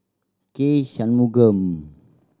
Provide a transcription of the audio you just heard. K Shanmugam